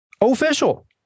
official